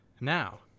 now